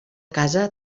casa